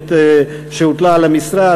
נוספת שהוטלה על המשרד,